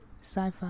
sci-fi